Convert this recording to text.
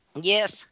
Yes